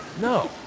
No